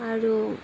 আৰু